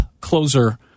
closer